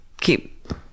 keep